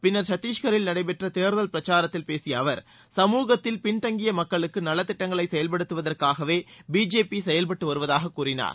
பின்னர் சத்தீஷ்கரில் நடைபெற்ற தேர்தல் பிரச்சாரத்தில் பேசிய சமூகத்தில் பின்தங்கிய மக்களுக்கு நலத்திட்டங்களை அவர் செயல்படுத்துவதற்காகவே பிஜேபி செயல்பட்டு வருவதாக கூறினார்